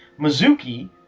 Mizuki